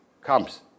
comes